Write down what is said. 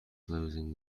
closing